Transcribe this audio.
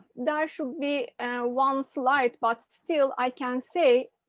there should be one slight, but still, i can say,